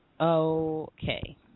Okay